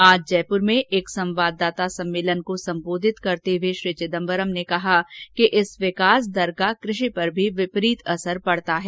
आज जयपुर में एक संवाददाता सम्मेलन को सम्बोधित करते हुए श्री चिदम्बरम ने कहा कि इस विकास दर का कृषि पर भी विपरीत असर पड़ता है